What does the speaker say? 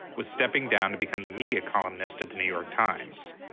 was stepping down to become the media columnist at the new york times.